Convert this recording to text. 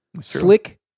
Slick